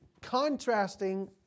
contrasting